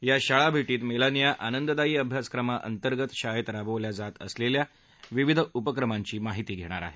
या शाळाभेटीत मेलानिया आनंददायी अभ्यासक्रमाअंतर्गत शाळेत राबवल्या जात असलेल्या विविध उपक्रमांची माहिती घेणार आहेत